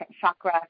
chakra